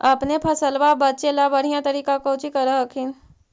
अपने फसलबा बचे ला बढ़िया तरीका कौची कर हखिन?